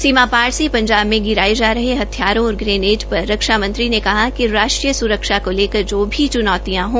सीमा पास से पंजाब मे गिराये गये हथियारों और ग्रेनेड पर रक्षा मंत्री ने कहा कि राष्ट्रीय सुरक्षा को लेकर जो भी चुनौतियां हो